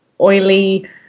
oily